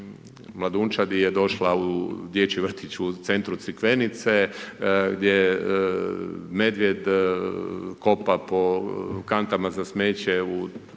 mladunčadi je došla u dječji vrtić u centru Crikvenice, gdje medvjed kopa po kantama za smeće u